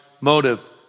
motive